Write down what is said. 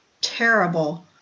terrible